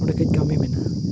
ᱚᱸᱰᱮ ᱠᱟᱹᱡ ᱠᱟᱹᱢᱤ ᱢᱮᱱᱟᱜᱼᱟ